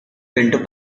pinto